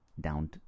down